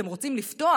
אתם רוצים לפתוח?